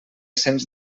sents